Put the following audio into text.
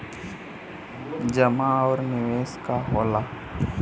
जमा और निवेश का होला?